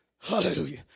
Hallelujah